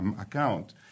account